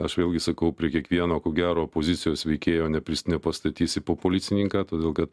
aš vėlgi sakau prie kiekvieno ko gero opozicijos veikėjo nepris nepastatysi po policininką todėl kad